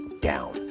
down